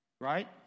right